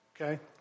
okay